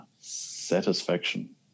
Satisfaction